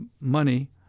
money